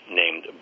named